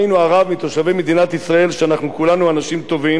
שאנחנו כולנו אנשים טובים וחושבים שאנחנו מרחמים,